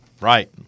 Right